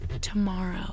tomorrow